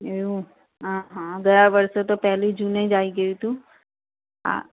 એવું અંહ હં ગયા વર્ષે તો પહેલી જૂને જ આવી ગયું હતું આ